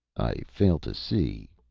i fail to see,